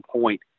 point